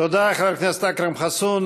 תודה, חבר הכנסת אכרם חסון.